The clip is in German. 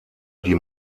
die